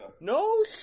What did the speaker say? No